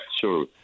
sure